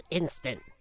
instant